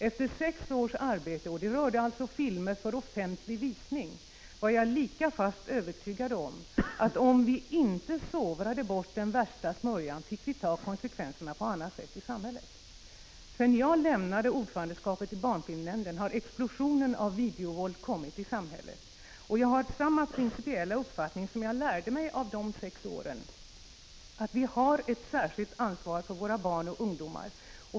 Efter sex års arbete, och det rörde alltså filmer för offentlig visning, var jag lika fast övertygad om att censur var nödvändigt och om vi inte sovrade bort den värsta smörjan fick vi ta konsekvenserna på annat sätt i samhället. Sedan jag lämnade ordförandeskapet i barnfilmsnämnden har explosionen av videovåld i samhället kommit. Jag har samma principiella uppfattning som jag fick under de sex åren i barnfilmsnämnden, nämligen att vi har ett särskilt stort ansvar för våra barn och ungdomar.